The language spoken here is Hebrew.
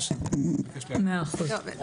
מאה אחוז.